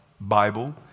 Bible